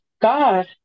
God